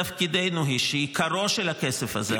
תפקידנו הוא שעיקרו של הכסף הזה,